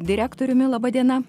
direktoriumi laba diena